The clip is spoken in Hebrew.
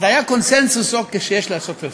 עוד היה קונסנזוס שיש לעשות רפורמה.